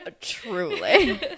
Truly